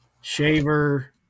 Shaver –